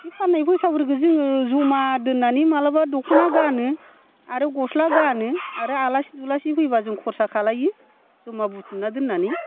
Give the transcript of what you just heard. बे फाननाय फैसाफोरखौ जोङो जमा दोननानै माब्लाबा दखना गानो आरो गस्ला गानो आरो आलासि दुलासि फैबा जों खरसा खालामो जमा बुथुमना दोननानै